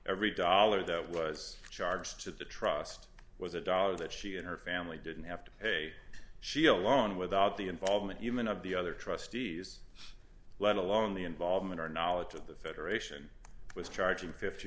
every dollar that was charged to the trust was a dollar that she and her family didn't have to pay she alone without the involvement even of the other trustees let alone the involvement or knowledge of the federation was charging fifty